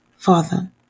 Father